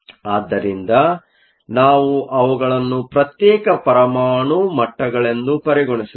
ಆದ್ದರಿಂದ ನಾವು ಅವುಗಳನ್ನು ಪ್ರತ್ಯೇಕ ಪರಮಾಣು ಮಟ್ಟಗಳೆಂದು ಪರಿಗಣಿಸುತ್ತೇವೆ